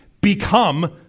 become